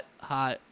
hot